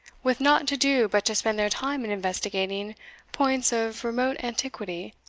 with nought to do but to spend their time in investigating points of remote antiquity,